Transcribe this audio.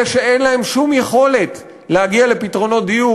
אלה שאין להם שום יכולת להגיע לפתרונות דיור